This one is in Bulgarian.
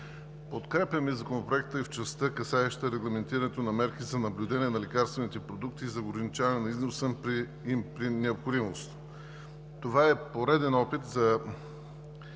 Подкрепяме Законопроекта и в частта, касаеща регламентирането на мерки за наблюдение на лекарствените продукти и за ограничаване на износа при необходимост. Това е пореден опит за